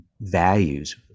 values